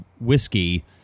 whiskey